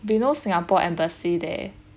you know singapore embassy there